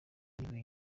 yivuye